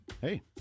Hey